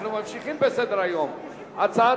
הצעת